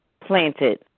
planted